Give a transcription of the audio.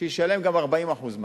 שישלם גם 40% מע"מ.